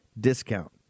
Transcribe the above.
discount